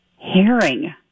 Herring